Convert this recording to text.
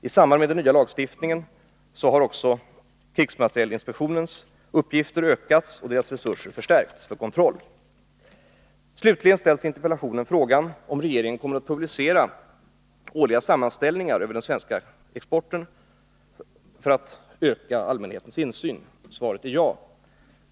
I samband med att den nya lagstiftningen trätt i kraft har uppgifterna för krigsmaterielinspektionen utökats. Inspektionens resurser har därför förstärkts. KMI kommer därmed också att få såväl anledning som möjlighet till tätare inspektioner inom försvarsindustrin. Slutligen ställs i interpellationen frågan om regeringen kommer att publicera årliga sammanställningar över den svenska krigsmaterielexporten för att därigenom öka allmänhetens insyn. Svaret är ja.